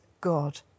God